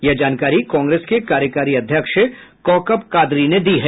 यह जानकारी कांग्रेस के कार्यकारी अध्यक्ष कौकव कादरी ने दी है